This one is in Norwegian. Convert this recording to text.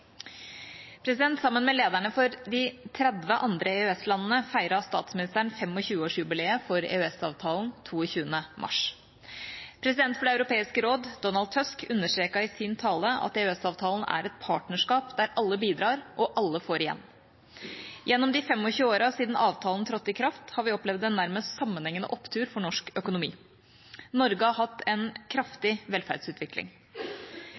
President for Det europeiske råd, Donald Tusk, understreket i sin tale at EØS-avtalen er et partnerskap der alle bidrar og alle får igjen. Gjennom de 25 årene siden avtalen trådte i kraft, har vi opplevd en nærmest sammenhengende opptur for norsk økonomi. Norge har hatt en